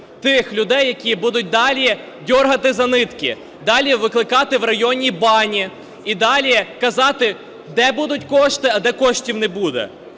тих людей, які будуть далі дьоргати за нитки, далі викликати в районні бані і далі казати, де будуть кошти, а де коштів не буде.